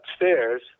upstairs